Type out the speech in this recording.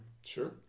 Sure